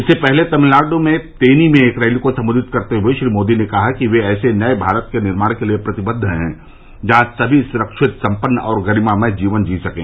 इससे पहले तमिलनाडु में तेनी में एक रैली को संबोधित करते हुए श्री मोदी ने कहा कि वे ऐसे नये भारत के निर्माण के लिए प्रतिबद्ध हैं जहां सभी सुरक्षित संपन्न और गरिमामय जीवन जी सकें